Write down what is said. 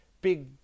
big